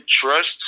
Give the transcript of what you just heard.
trust